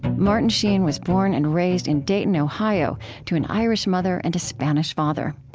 martin sheen was born and raised in dayton, ohio to an irish mother and a spanish father.